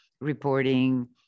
reporting